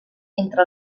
entre